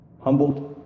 humbled